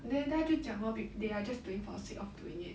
then 他就讲 lor they are just doing for sake of doing it